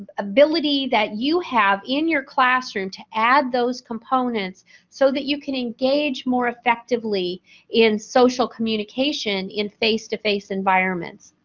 ability that you have in your classroom to add those components so that you can engage more effectively in social communication in face-to-face environments.